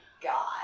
God